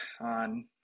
on